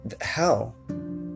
Hell